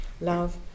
love